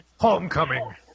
homecoming